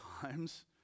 times